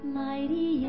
mighty